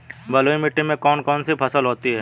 बलुई मिट्टी में कौन कौन सी फसल होती हैं?